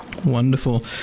Wonderful